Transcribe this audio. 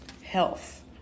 health